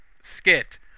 skit